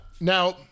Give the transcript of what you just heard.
Now